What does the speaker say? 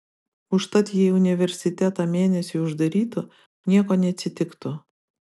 užtat jei universitetą mėnesiui uždarytų nieko neatsitiktų